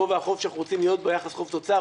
וגובה החוב שאנחנו רוצים להיות ביחס חוב תוצר,